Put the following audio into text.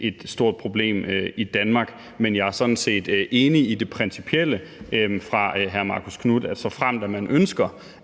et stort problem i Danmark, men jeg er sådan set enig i det principielle fra hr. Marcus Knuths side, at såfremt man ønsker